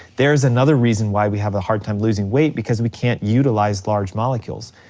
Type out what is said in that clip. there's another reason why we have a hard time losing weight, because we can't utilize large molecules.